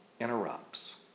Interrupts